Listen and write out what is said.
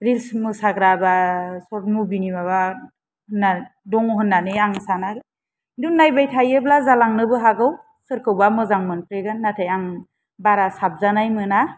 reels मोसाग्रा बा shirt मुभिनि माबा दङ' होनना आं साना खिन्थु नायबाय थायोब्ला जालांनोबो हागौ सोरखौबा मोजां मोनफैगोन नाथाय आं बारा साबजानाय मोना